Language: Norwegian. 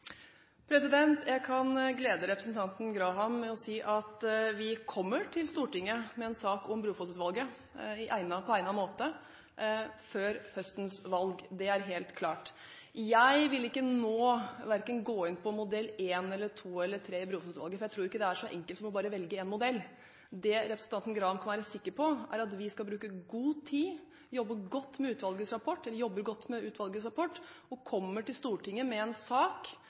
Jeg kan glede representanten Graham med å si at vi kommer til Stortinget med en sak om Brofoss-utvalgets rapport på egnet måte før høstens valg. Det er helt klart. Jeg vil ikke nå gå inn på modell 1, modell 2 eller modell 3 i Brofoss-utvalgets rapport. Jeg tror ikke det er så enkelt som bare å velge en modell. Det representanten Graham kan være sikker på, er at vi skal bruke god tid – vi jobber godt med utvalgets rapport – og kommer til Stortinget med en sak